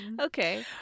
Okay